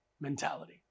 mentality